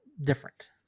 different